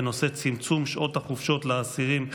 בנושא: צמצום שעות החופשות לאסירים,